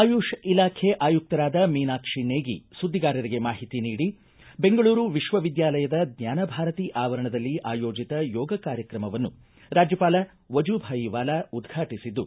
ಆಯುಷ್ ಇಲಾಖೆ ಆಯುಕ್ತರಾದ ಮೀನಾಕ್ಷಿ ನೇಗಿ ಸುದ್ದಿಗಾರರಿಗೆ ಮಾಹಿತಿ ನೀಡಿ ಬೆಂಗಳೂರು ವಿಶ್ವವಿದ್ದಾಲಯದ ಜ್ವಾನ ಭಾರತಿ ಆವರಣದಲ್ಲಿ ಆಯೋಜತ ಯೋಗ ಕಾರ್ಯಕ್ರಮವನ್ನು ರಾಜ್ಯಪಾಲ ವಜೂಭಾಯಿ ವಾಲಾ ಉದ್ಘಾಟಿಸಿದ್ದು